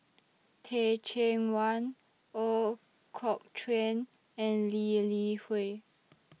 Teh Cheang Wan Ooi Kok Chuen and Lee Li Hui